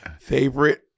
favorite